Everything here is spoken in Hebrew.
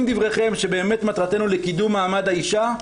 אם דבריכם שבאמת מטרתנו לקידום מעמד האישה,